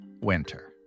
winter